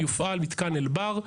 יופעל מתקן אלבר.